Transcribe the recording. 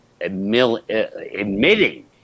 admitting